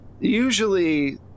usually